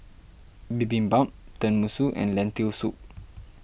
Bibimbap Tenmusu and Lentil Soup